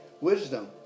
wisdom